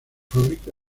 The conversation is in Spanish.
fábrica